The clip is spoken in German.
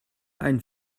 einen